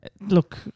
Look